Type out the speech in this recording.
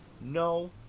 No